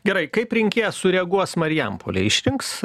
gerai kaip rinkėjas sureaguos marijampolėj išrinks